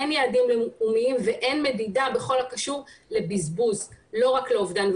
אין יעדים ואין מדידה בכל הקשור לבזבוז ולא רק לאובדן.